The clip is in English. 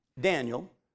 Daniel